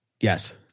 Yes